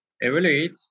evaluate